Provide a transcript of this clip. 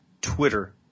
Twitter